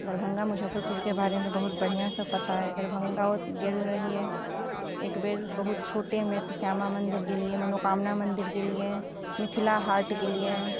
दरभङ्गा मुजफ्फरपुरके बारेमे बहुत बढ़िआँ से पता अछि दरभङ्गाओ गेल रहियै एकबेर बहुत छोटेमे तऽ श्यामा मंदिर गेलियै मनोकामना मंदिर गेलियै मिथिला हाट गेलियै